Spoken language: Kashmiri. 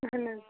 اہن حظ